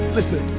Listen